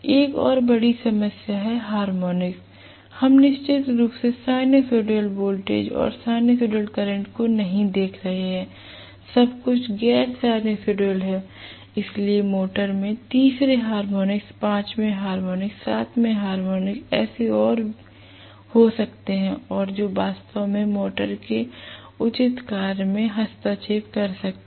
एक और बड़ी समस्या है हार्मोनिक्स हम निश्चित रूप से साइनसॉइडल वोल्टेज या साइनसॉइडल करंट को नहीं देख रहे हैं सब कुछ गैर साइनसॉइडल है इसलिए मोटर में तीसरे हार्मोनिक पांचवें हार्मोनिक सातवें हार्मोनिक ऐसे और हो सकते हैं और जो वास्तव में मोटर के उचित कार्य में हस्तक्षेप कर सकते हैं